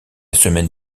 semaine